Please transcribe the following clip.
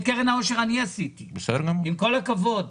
את קרן העושר אני עשיתי, עם כל הכבוד.